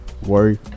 worry